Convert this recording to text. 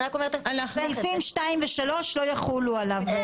סעיפים (2) ו-(3) לא יחולו עליו.